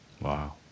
Wow